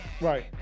Right